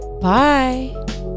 bye